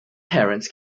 parents